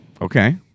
Okay